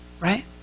Right